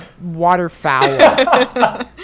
waterfowl